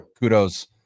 kudos